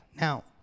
Now